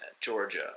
Georgia